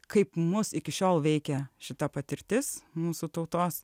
kaip mus iki šiol veikia šita patirtis mūsų tautos